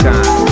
Time